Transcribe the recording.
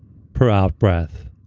per out breath